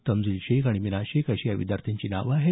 तमजील शेख आणि मिनाज शेख अशी या विद्यार्थांची नावं आहेत